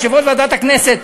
יושב-ראש ועדת הכנסת,